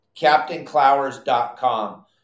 CaptainClowers.com